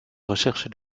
recherche